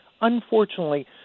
unfortunately